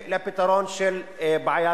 יש משבר של דיור,